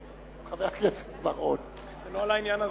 חבר הכנסת בר-און, זה לא על העניין הזה.